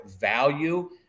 value